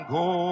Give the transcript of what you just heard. go